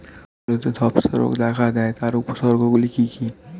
আলুতে ধ্বসা রোগ দেখা দেয় তার উপসর্গগুলি কি কি?